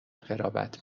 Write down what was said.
قرابت